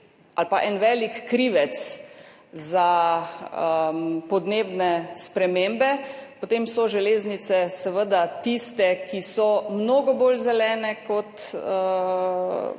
promet en velik krivec za podnebne spremembe, potem so železnice seveda tiste, ki so mnogo bolj zelene kot